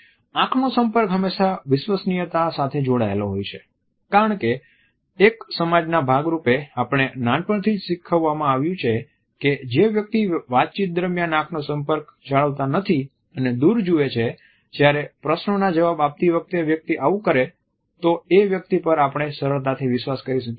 આંખનો સંપર્ક હંમેશા વિશ્વસનિયતા સાથે જોડાયેલો હોય છે કારણ કે એક સમાજના ભાગરૂપે આપણે નાનપણથી જ શીખવવામાં આવ્યું છે કે જે વ્યક્તિ વાતચીત દરમિયાન આંખનો સંપર્ક જાળવતા નથી અને દૂર જુએ છે જ્યારે પ્રશ્નોના જવાબ આપતી વખતે વ્યક્તિ આવું કરે તો એ વ્યક્તિ પર આપણે સરળતાથી વિશ્વાસ કરી શકીએ નહીં